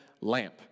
lamp